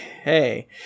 Okay